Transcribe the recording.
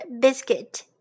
Biscuit